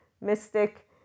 mystic